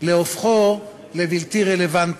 להופכו לבלתי רלוונטי.